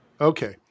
Okay